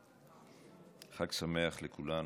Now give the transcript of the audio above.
חג שמח לכולנו.